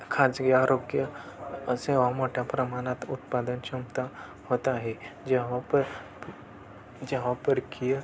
खाजगी आरोग्य सेवा मोठ्या प्रमाणात उत्पादन क्षमता होत आहे जेव्हा पर जेव्हा परकीय